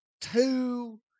Two